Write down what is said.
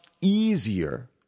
easier